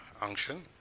Unction